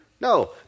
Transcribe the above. No